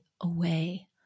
away